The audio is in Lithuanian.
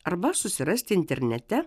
arba susirasti internete